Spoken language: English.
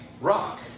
rock